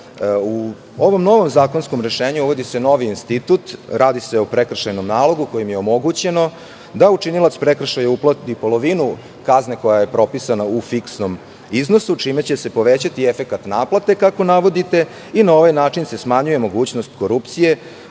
ovom novom zakonskom rešenju uvodi se novi institut. Radi se o prekršajnom nalogu, kojim je omogućeno da učinilac prekršaja uplati polovinu kazne koja je propisana u fiksnom iznosu, čime će se povećati efekat naplate, kako navodite, i na ovaj način se smanjuje mogućnost korupcije